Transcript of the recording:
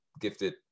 gifted